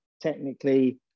technically